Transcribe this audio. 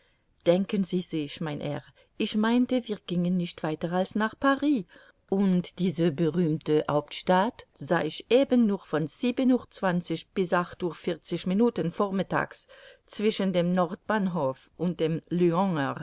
denken sie sich mein herr ich meinte wir gingen nicht weiter als nach paris und diese berühmte hauptstadt sah ich eben nur von sieben uhr zwanzig bis acht uhr vierzig minuten vormittags zwischen dem nordbahnhof und dem